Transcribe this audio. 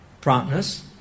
promptness